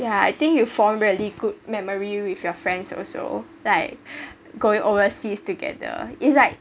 ya I think will form very good memory with your friends also like going overseas together it's like